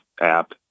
app